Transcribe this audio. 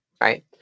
right